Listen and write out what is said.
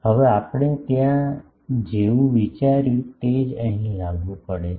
હવે આપણે ત્યાં જેવું વિચાર્યું તે જ અહીં લાગુ પડે છે